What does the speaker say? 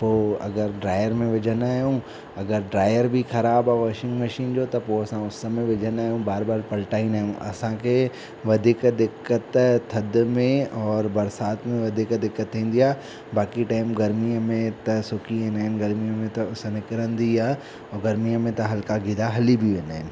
पोइ अगरि ड्रायर में विझंदा आहियूं अगरि ड्रायर बि ख़राबु आहे वॉशिंग मशीन जो त पोइ असां उस में विझंदा आहियूं बार बार पलटाईंदा आहियूं असांखे वधीक दिक़त थधियुनि में और बरिसात में वधीक दिक़त थींदी आ बाकि टाईम गरमीअ में त सुकी वेंदा आहिनि गरमीअ में त उस निकिरंदी आहे ऐं गरमीअ में त हलिका गीला हली बि वेंदा आहिनि